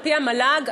על-פי המל"ג,